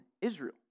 Israel